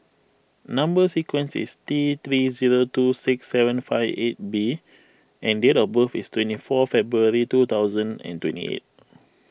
Number Sequence is T three zero two six seven five eight B and date of birth is twenty four February two thousand and twenty eight